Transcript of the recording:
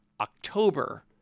October